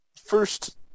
first